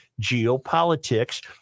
geopolitics